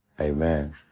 Amen